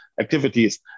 activities